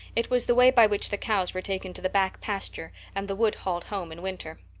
it was the way by which the cows were taken to the back pasture and the wood hauled home in winter.